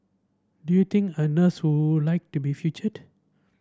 do you think a nurse who like to be featured